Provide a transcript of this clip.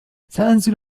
سأنزل